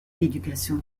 d’éducation